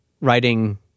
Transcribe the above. writing